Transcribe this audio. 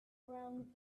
around